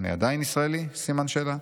אני עדיין ישראלי?" סימן שאלה.